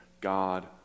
God